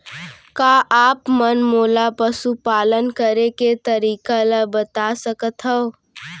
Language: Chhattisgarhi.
का आप मन मोला पशुपालन करे के तरीका ल बता सकथव?